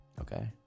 Okay